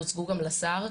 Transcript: הוצגו גם לשר.